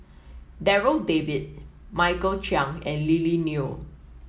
Darryl David Michael Chiang and Lily Neo